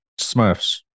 Smurfs